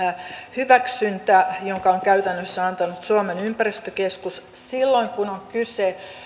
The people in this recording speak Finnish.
hyväksyntä jonka on käytännössä antanut suomen ympäristökeskus silloin kun on kyse